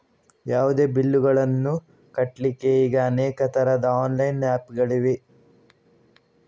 ಯಾವುದೇ ಬಿಲ್ಲುಗಳನ್ನು ಕಟ್ಲಿಕ್ಕೆ ಈಗ ಅನೇಕ ತರದ ಆನ್ಲೈನ್ ಆಪ್ ಗಳಿವೆ